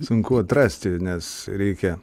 sunku atrasti nes reikia